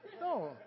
No